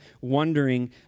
wondering